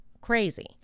crazy